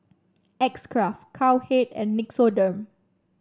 X Craft Cowhead and Nixoderm